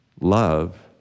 love